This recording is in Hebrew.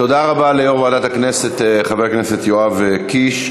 תודה רבה ליושב-ראש ועדת הכנסת חבר הכנסת יואב קיש.